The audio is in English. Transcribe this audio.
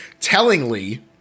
tellingly